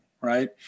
right